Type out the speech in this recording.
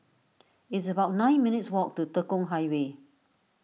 it's about nine minutes' walk to Tekong Highway